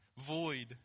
void